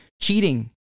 cheating